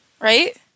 right